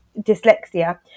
dyslexia